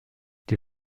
die